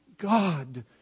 God